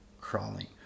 crawling